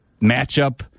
matchup